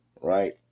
right